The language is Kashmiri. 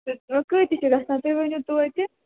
کۭتِس چھُ گژھان تُہۍ ؤنِو توتہِ